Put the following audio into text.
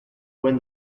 when